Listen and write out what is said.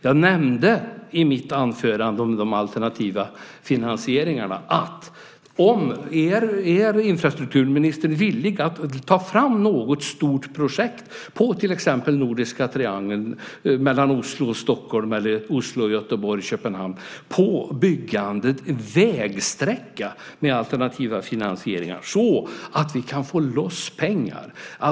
Jag nämnde de alternativa finansieringarna i mitt anförande. Är infrastrukturministern villig att ta fram något stort projekt för till exempel den nordiska triangeln mellan Oslo och Stockholm eller Oslo och Göteborg-Köpenhamn när det gäller byggandet av en vägsträcka med alternativa finansieringar? Då kan vi få loss pengar.